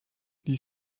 this